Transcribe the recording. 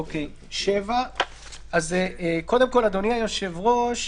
אדוני היושב-ראש,